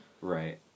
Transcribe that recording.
Right